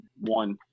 one –